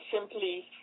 simply